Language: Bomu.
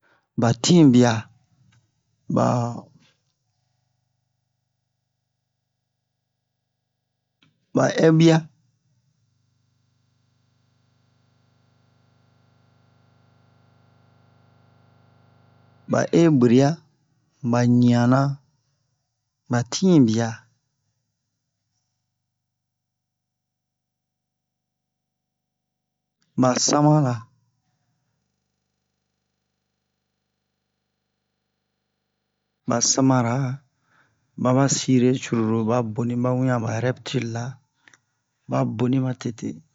ɓa tinbiya ɓa ɛbuya ɓa eboreya ɓa ɲiyannan ɓa tinbiya ɓa sanmanan ɓa sanmanan maɓa sire curulu ɓa boni ɓa wiɲan aba rɛptilela ɓa boni matete